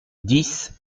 dix